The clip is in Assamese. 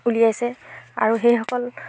ওলিয়াইছে আৰু সেইসকল